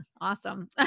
Awesome